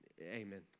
Amen